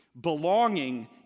Belonging